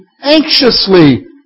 anxiously